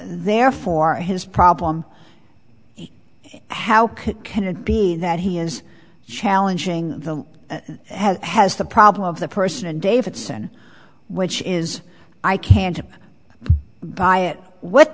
therefore his problem how can it be that he is challenging the has the problem of the person and davidson which is i can't buy it with